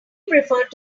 preferred